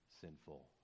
sinful